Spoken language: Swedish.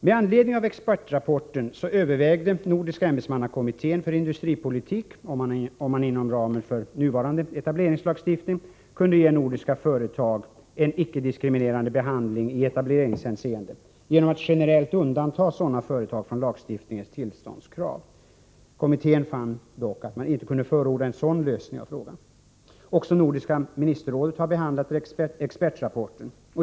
Med anledning av expertrapporten övervägde Nordiska rådets ämbetsmannakommitté för industripolitik om man inom ramen för nuvarande etableringslagstiftning kunde ge nordiska företag en icke-diskriminerande behandling i etableringshänseende genom att generellt undanta sådana företag från lagstiftningens tillståndskrav. Kommittén fann dock att man inte kunde förorda en sådan lösning av frågan. Också Nordiska ministerrådet har behandlat expertrapporten.